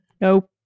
Nope